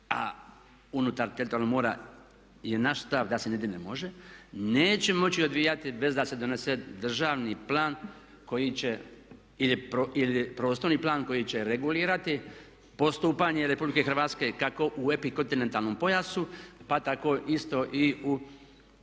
a unutar teritorijalnog mora je naš stav da se jedino i može, neće moći odvijati bez da se donese državni plan koji će ili prostorni plan koji će regulirati postupanje RH kako u epikontinentalnom pojasu pa tako isto i u